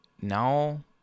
now